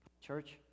church